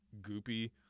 goopy